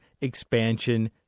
expansion